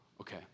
Okay